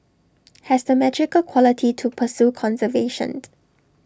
has the magical quality to pursue conservation